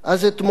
אז אתמוך בחוק,